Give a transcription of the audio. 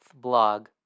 blog